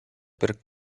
per